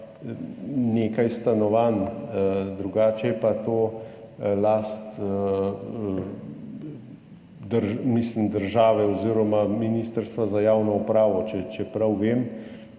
nekaj stanovanj, drugače pa mislim, da je to last države oziroma Ministrstva za javno upravo, če prav vem.